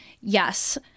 Yes